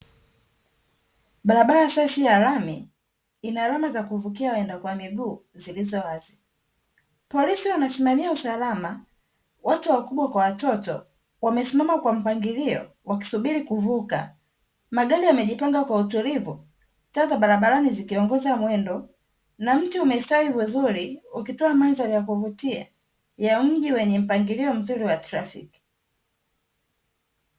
Barabara safi ya lami ina alama za kuvukia waenda kwa miguu zilizo wazi, polisi wanasimamia usalama, watu wakubwa kwa watoto wamesimama kwa mpangilio wakisubiri kuvuka, magari yamejipanga kwa utulivu, taa za barabarani zikiongoza mwendo na mti umestawi vizuri ukitoa mandhari ya kuvutia ya mji wenye mpangilio mzuri wa trafiki.